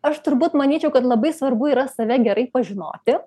aš turbūt manyčiau kad labai svarbu yra save gerai pažinoti